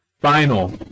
Final